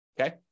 okay